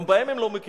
גם בהם הם לא מכירים.